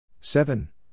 seven